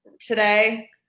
today